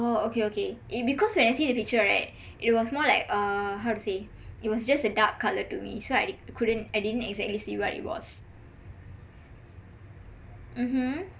orh okay okay is because when I see the picture right it was more like uh how to say it was just a dark colour to me so I couldn't I didn't exactly see what it was mmhmm